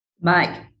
Mike